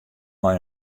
mei